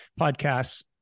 podcasts